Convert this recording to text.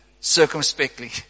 circumspectly